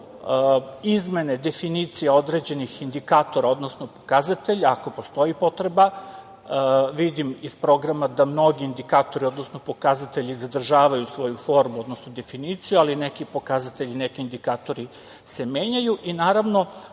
izmene definicije određenih indikatora, odnosno pokazatelja ako postoji potreba. Vidim iz programa da mnogi indikatori, odnosno pokazatelji zadržavaju svoju formu, odnosno definiciju, ali neki pokazatelji, neki indikatori se menjaju. Naravno,